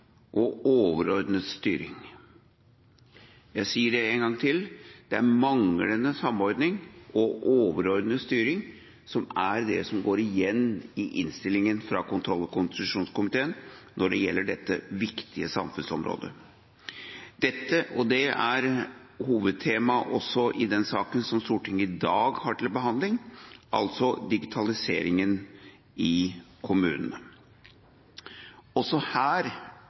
og overordnet styring. Jeg sier det en gang til: Det er manglende samordning og overordnet styring som er det som går igjen i innstillingen fra kontroll- og konstitusjonskomiteen når det gjelder dette viktige samfunnsområdet. Det er også hovedtema i den saken som Stortinget i dag har til behandling, altså digitaliseringen i kommunene. Også her,